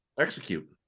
execute